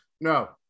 No